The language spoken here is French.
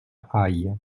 haye